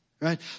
right